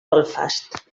belfast